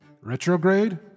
Retrograde